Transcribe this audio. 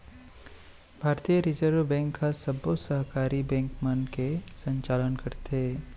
भारतीय reserve bank ह सबो सहकारी बेंक मन के संचालन करथे